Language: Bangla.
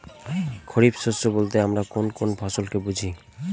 খরিফ শস্য বলতে আমরা কোন কোন ফসল কে বুঝি?